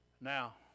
Now